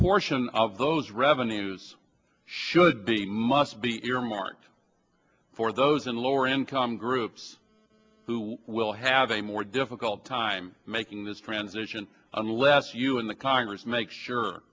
portion of those revenues should be must be earmarked for those in lower income groups who will have a more difficult time making this transition unless you and the congress make sure